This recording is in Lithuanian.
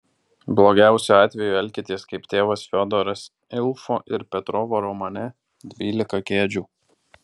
blogiausiu atveju elkitės kaip tėvas fiodoras ilfo ir petrovo romane dvylika kėdžių